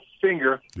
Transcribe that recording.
finger